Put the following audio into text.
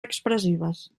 expressives